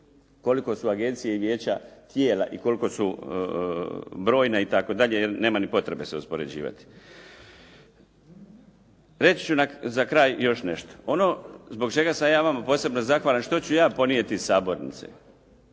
koliko su agencije i vijeća tijela i koliko su brojni itd. Nema ni potrebe se uspoređivati. Reći ću za kraj još nešto. Ono zbog čega sam ja vama posebno zahvalan, što ću ja ponijeti iz sabornice.